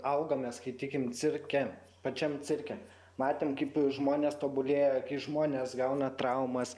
augome skaitykim cirke pačiam cirke matėm kaip žmonės tobulėja kai žmonės gauna traumas